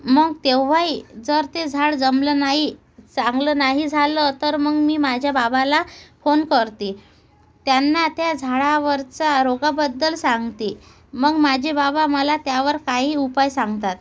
मग तेव्हाही जर ते झाड जमलं नाही चांगलं नाही झालं तर मग मी माझ्या बाबाला फोन करते त्यांना त्या झाडावरच्या रोगाबद्दल सांगते मग माझे बाबा मला त्यावर काही उपाय सांगतात